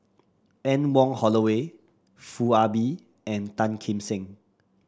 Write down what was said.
Anne Wong Holloway Foo Ah Bee and Tan Kim Seng